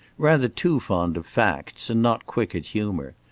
rather too fond of facts, and not quick at humour.